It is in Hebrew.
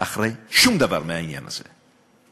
מאחורי שום דבר מהעניין הזה.